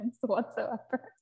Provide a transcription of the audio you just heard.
whatsoever